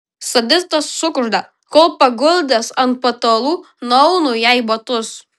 sadistas sukužda kol paguldęs ant patalų nuaunu jai batus